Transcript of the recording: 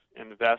invest